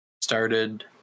started